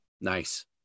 Nice